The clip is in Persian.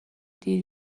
دیر